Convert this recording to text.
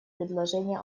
предложение